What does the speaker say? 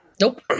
Nope